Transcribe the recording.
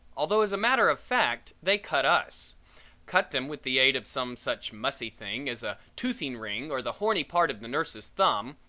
although as a matter of fact, they cut us cut them with the aid of some such mussy thing as a toothing ring or the horny part of the nurse's thumb,